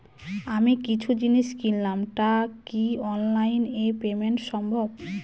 আমি কিছু জিনিস কিনলাম টা কি অনলাইন এ পেমেন্ট সম্বভ?